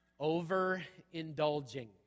overindulging